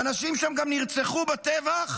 האנשים שם גם נרצחו בטבח.